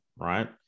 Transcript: right